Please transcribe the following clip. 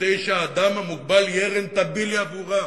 כדי שהאדם המוגבל יהיה רנטבילי עבורם,